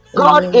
god